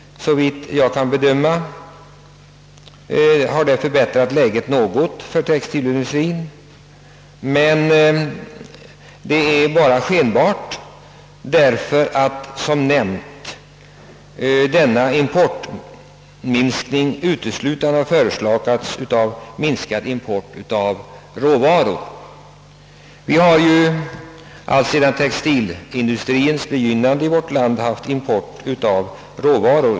Såvitt jag kan bedöma har dock den förbättring av läget inom textilindustrien som därmed inträffat bara varit skenbar. Den minskade importen har nämligen gällt råvaror. Alltsedan textilindustriens början här i landet har vi haft en import av råvaror.